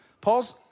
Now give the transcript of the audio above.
Paul's